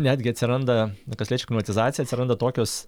netgi atsiranda kas liečia aklimatizaciją atsiranda tokios